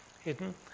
hidden